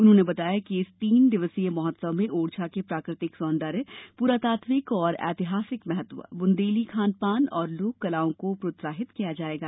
उन्होंने बताया कि इस तीन दिवसीय महोत्सव में ओरछा के प्राकृतिक सौन्दर्य पुरातात्विक और ऐतिहासिक महत्व बुन्देली खान पान और लोक कलाओं को प्रोत्साहित किया जायेगा